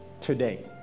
today